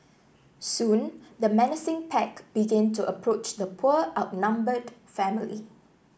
soon the menacing pack began to approach the poor outnumbered family